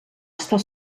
estar